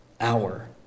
hour